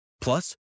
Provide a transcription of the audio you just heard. Plus